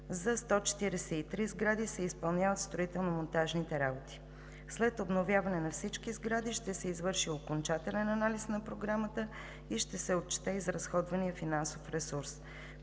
за 143 сгради се изпълняват строително-монтажните работи. След обновяване на всички сгради ще се извърши окончателен анализ на Програмата и ще се отчете изразходваният финансов ресурс.